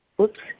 Oops